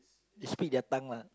they speak their tongue lah